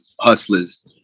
hustlers